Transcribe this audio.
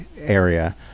area